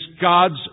God's